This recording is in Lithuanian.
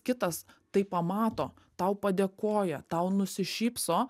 kitas tai pamato tau padėkoja tau nusišypso